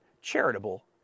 charitable